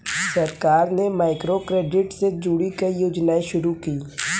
सरकार ने माइक्रोक्रेडिट से जुड़ी कई योजनाएं शुरू की